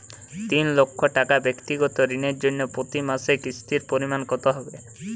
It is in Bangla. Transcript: তিন লক্ষ টাকা ব্যাক্তিগত ঋণের জন্য প্রতি মাসে কিস্তির পরিমাণ কত হবে?